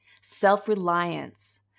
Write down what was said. self-reliance